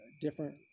different